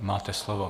Máte slovo.